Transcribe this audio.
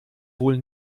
wohl